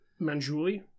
manjuli